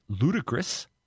ludicrous